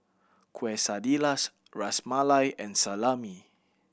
Quesadillas Ras Malai and Salami